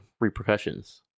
repercussions